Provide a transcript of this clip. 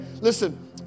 listen